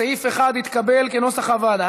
סעיף 1 התקבל כנוסח הוועדה.